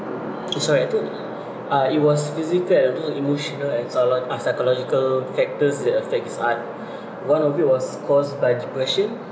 it's alright to~ uh it was physical and emotional uh psycho~ psychological factors that affect his art one of it was caused by depression